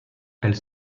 elles